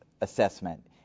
assessment